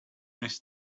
this